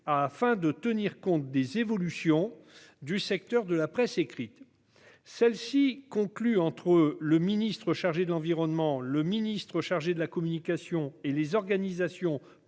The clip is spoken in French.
pour tenir compte des évolutions du secteur de la presse écrite. Une telle convention conclue entre le ministre chargé de l'environnement, le ministre chargé de la communication et les organisations professionnelles